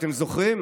אתם זוכרים?